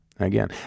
Again